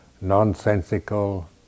nonsensical